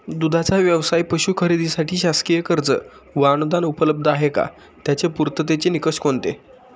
दूधाचा व्यवसायास पशू खरेदीसाठी शासकीय कर्ज व अनुदान उपलब्ध आहे का? त्याचे पूर्ततेचे निकष कोणते?